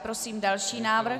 Prosím další návrh.